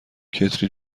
کتری